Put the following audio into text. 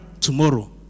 tomorrow